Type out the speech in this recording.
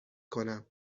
کنم